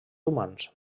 humans